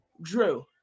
Drew